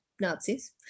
Nazis